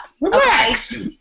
Relax